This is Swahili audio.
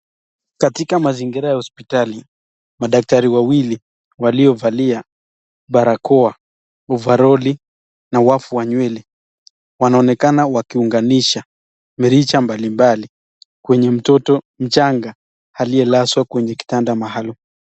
Katika mazingira ya hospitali, madaktari wawili waliovalia barakoa, ovaroli na wafu wa nywele wanaonekana wakiunganisha mirija mbali mbali kwenye mtoto mchanga aliyelazwa kwenye kitanda maalum.